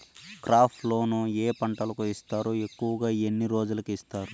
crop loan ఏ పంటలకు ఇస్తారు ఎక్కువగా ఎన్ని రోజులకి ఇస్తారు